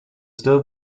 still